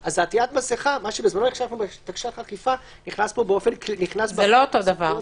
מסיכה, הכנסנו- -- זה לא אותו דבר.